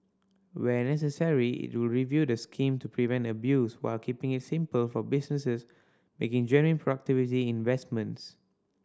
where necessary it will review the scheme to prevent abuse while keeping it simple for businesses making genuine productivity investments